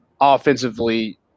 offensively